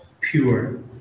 pure